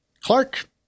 Clark